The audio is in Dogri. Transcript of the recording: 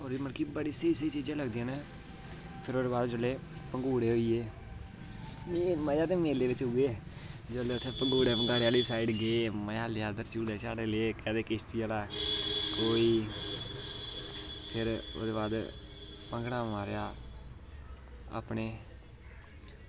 मतलब कि बड़ी स्हेई स्हेई चीजां लगदियां न फिर ओह्दे बाद जेल्लै पंगुड़े होइये एह् जैदातर मेले च उऐ जेल्लै उद्धर पंगुड़े आह्ली साइड गै मजा लेआ झूटे ले ते कदें किश्ती आह्ला फिर ओह्दे बाद भांगड़ा मारेआ अपने